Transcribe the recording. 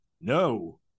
No